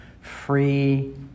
free